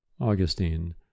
Augustine